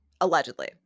Allegedly